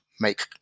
make